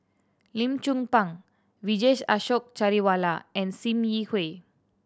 Lim Chong Pang Vijesh Ashok Ghariwala and Sim Yi Hui